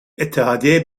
اتحادیه